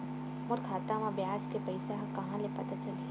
मोर खाता म ब्याज के पईसा ह कहां ले पता चलही?